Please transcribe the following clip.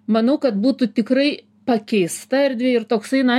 manau kad būtų tikrai pakeista erdvė ir toksai na